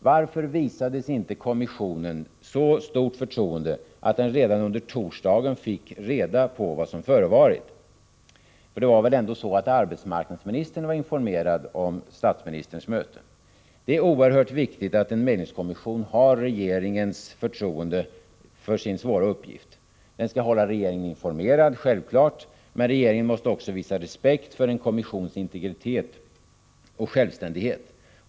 Varför visades inte kommissionen så stort förtroende att den redan under torsdagen fick reda på vad som förevarit? Arbetsmarknadsministern var väl informerad om statsministerns möte? Det är oerhört viktigt att en medlingskommission har regeringens förtroende för sin svåra uppgift. Den skall självfallet hålla regeringen underrättad. Men regeringen måste också visa respekt för en kommissions integritet och självständighet.